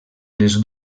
les